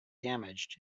damaged